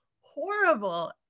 horrible